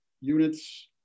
units